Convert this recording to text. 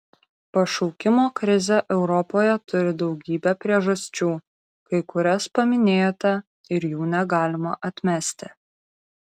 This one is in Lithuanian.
pašaukimo krizė europoje turi daugybę priežasčių kai kurias paminėjote ir jų negalima atmesti